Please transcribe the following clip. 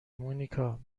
مونیکا